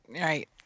Right